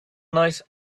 night